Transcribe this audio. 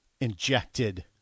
injected